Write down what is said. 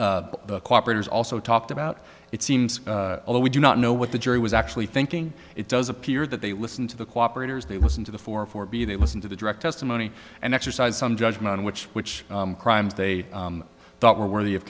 that the cooperators also talked about it seems although we do not know what the jury was actually thinking it does appear that they listen to the cooperators they listen to the four for b they listen to the direct testimony and exercise some judgment on which which crimes they thought were worthy of